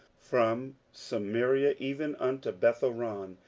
from samaria even unto bethhoron,